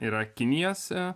ir akiniese